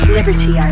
Liberty